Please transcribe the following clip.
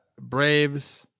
Braves